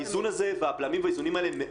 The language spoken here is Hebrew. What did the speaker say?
האיזון בין בר סימן טוב שעושה את מלאכתו,